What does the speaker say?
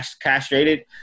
castrated